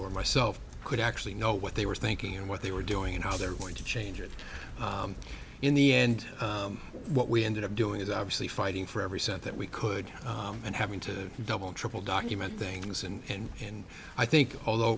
or myself could actually know what they were thinking and what they were doing and how they're going to change it in the end what we ended up doing is obviously fighting for every cent that we could and having to double triple document things and and i think although